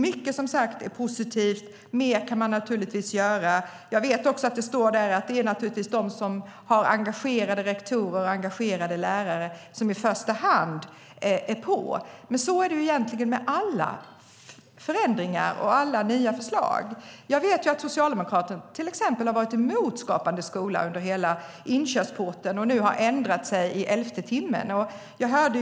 Mycket är som sagt positivt, men mer kan givetvis göras. Jag vet att det sägs att de som har engagerade rektorer och lärare är pådrivande i första hand, men så är det egentligen med alla förändringar och nya förslag. Socialdemokraterna har till exempel varit emot Skapande skola under hela inkörsperioden och nu i elfte timmen ändrat sig.